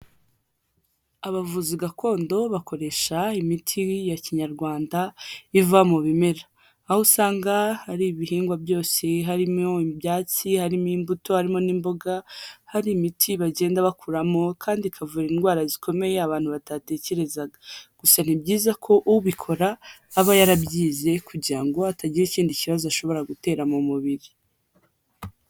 Abavuzi gakondo bakoresha imiti ya Kinyarwanda iva mu bimera aho usanga hari ibihingwa byose, harimo ibyatsi, harimo imbuto, harimo n'imboga, hari imiti bagenda bakuramo kandi ikavura indwara zikomeye abantu batatekerezaga, gusa ni byiza ko ubikora aba yarabyize kugira ngo hatagira ikindi kibazo ashobora gutera mu mubiri.